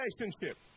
relationship